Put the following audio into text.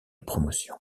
promotion